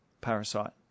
parasite